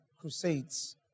Crusades